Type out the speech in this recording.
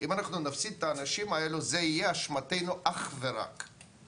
זו תהיה אך ורק אשמתנו.